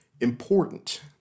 important